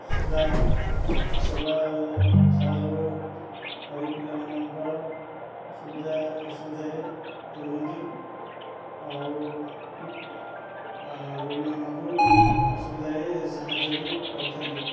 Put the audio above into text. ସେବା ସେବା ସହଯୋଗ କରି ପିଲାମାନଙ୍କର ସୁବିଧା ଅସୁବିଧାରେ ରୁହନ୍ତି ଆଉ ରୋଗୀମାନଙ୍କୁ ଅସୁବିଧାରେ ସାହାଯ୍ୟ ବି କରୁଥାନ୍ତି